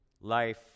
life